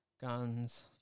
guns